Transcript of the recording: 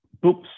books